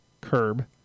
curb